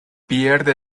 pierde